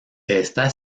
está